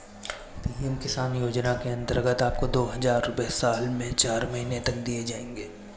PM किसान योजना के अंतर्गत आपको दो हज़ार रुपये साल में चार महीने तक दिए जाएंगे